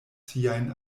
siajn